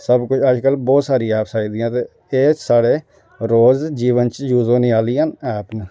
सबकुछ अज्जकल बहोत सारी ऐपस आई दियां ते एह् साढ़े रोज जीवन च यूज होने आह्लियां ऐप न